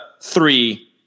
three